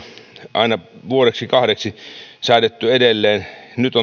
aina vuodeksi kahdeksi säädetty edelleen ja nyt